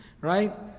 right